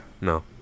No